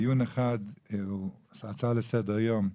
דיון אחד הוא הצעה לסדר יום,